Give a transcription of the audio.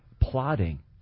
plotting